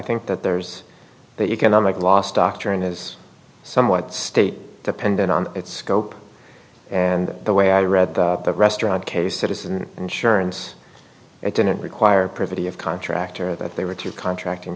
think that there's that you cannot like last doctrine is somewhat state dependent on its scope and the way i read that restaurant case it is an insurance that didn't require privity of contractor that they were two contracting